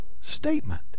statement